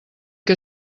que